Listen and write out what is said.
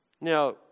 Now